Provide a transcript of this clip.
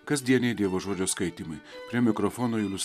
kasdieniai dievo žodžio skaitymai prie mikrofono julius